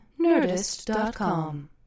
Nerdist.com